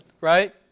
right